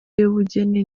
y’ubugeni